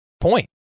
point